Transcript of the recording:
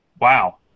Wow